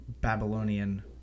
Babylonian